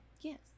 yes